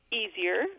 easier